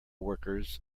workers